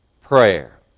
prayer